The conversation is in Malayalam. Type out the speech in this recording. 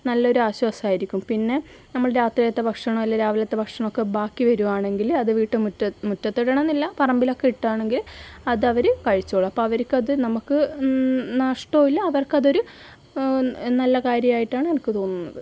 നല്ലൊരു ആശ്വാസമായിരിക്കും പിന്നെ നമ്മൾ രാത്രിയത്തെ ഭക്ഷണം അല്ല രാവിലത്തെ ഭക്ഷണം ഒക്കെ ബാക്കി വരുകയാണെങ്കിൽ അത് വീട്ടുമുറ്റത്ത് മുറ്റത്ത് ഇടണമന്നില്ല പറമ്പിലൊക്കെ ഇടുകയാണെങ്കിൽ അതവർ കഴിച്ചോളും അപ്പോൾ അവർക്ക് അത് നമുക്ക് നഷ്ടവുമില്ല അവർക്ക് അതൊരു നല്ല കാര്യമായിട്ടാണ് എനിക്ക് തോന്നുന്നത്